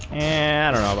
and